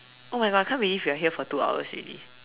oh my god I can't believe we are here for two hours already